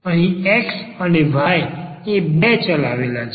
અહી x અને y બે ચલ આવેલા છે